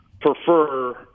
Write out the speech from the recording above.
prefer